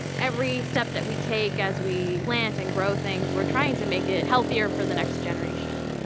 every step that we take as we plant and grow things, we're trying to make it healthier for the next generation.